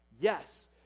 yes